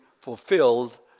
fulfilled